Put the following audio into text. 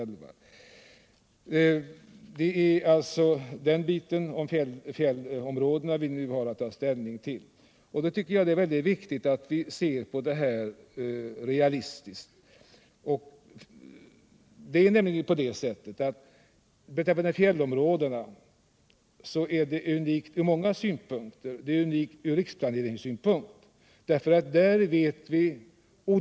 När vi nu skall ta ställning till frågan om våra fjällområden tycker jag att det är väldigt viktigt att vi ser detta realistiskt. Frågan om fjällområdena är unik från många synpunkter, bl.a. riksplaneringssynpunkt.